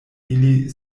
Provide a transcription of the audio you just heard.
ili